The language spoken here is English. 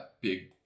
big